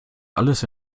alles